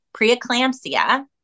preeclampsia